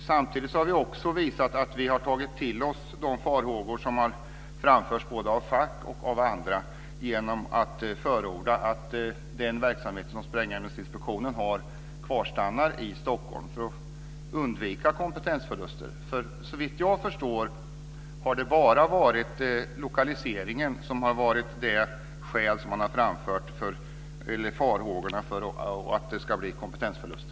Samtidigt har vi också visat att vi har tagit till oss de farhågor som har framförts både av facken och av andra genom att förorda att den verksamhet som Sprängämnesinspektionen har kvarstannar i Stockholm för att undvika kompetensförluster. Såvitt jag förstår har det bara varit lokaliseringen som har varit skälet till farhågorna för att det ska bli kompetensförluster.